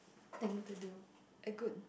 thing to do a good